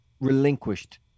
relinquished